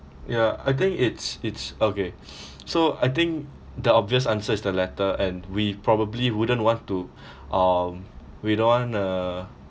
yeah I think it's it's okay so I think the obvious answer is the latter and we probably wouldn't want to um we don't want uh